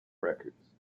records